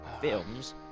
Films